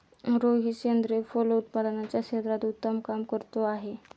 रोहित सेंद्रिय फलोत्पादनाच्या क्षेत्रात उत्तम काम करतो आहे